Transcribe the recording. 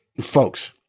folks